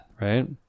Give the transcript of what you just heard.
Right